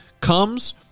comes